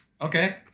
Okay